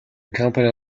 company